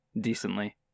decently